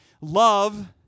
Love